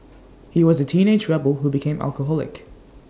he was A teenage rebel who became alcoholic